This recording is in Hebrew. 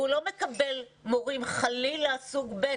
והוא לא מקבל מורים חלילה סוג ב'.